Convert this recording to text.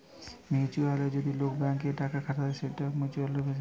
mutually যদি লোক bank এ টাকা খাতায় সৌটা মিউচুয়াল সেভিংস